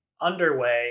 underway